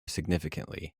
significantly